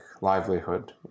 livelihood